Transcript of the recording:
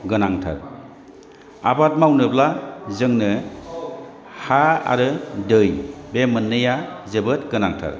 गोनांथार आबाद मावनोब्ला जोंनो हा आरो दै बे मोननैआ जोबोद गोनांथार